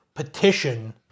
petition